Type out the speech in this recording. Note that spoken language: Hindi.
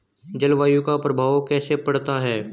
जलवायु का प्रभाव कैसे पड़ता है?